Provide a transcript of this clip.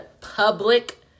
public